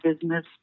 business